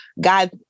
God